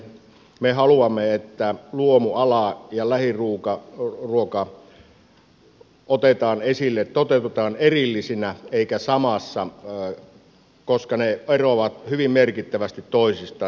me haluamme että luomuala ja lähiruoka otetaan esille ja ne toteutetaan erillisinä eikä samassa koska ne eroavat hyvin merkittävästi toisistaan